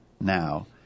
now